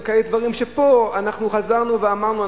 כאלה דברים שפה אנחנו חזרנו ואמרנו,